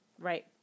right